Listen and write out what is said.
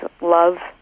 Love